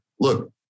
look